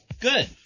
Good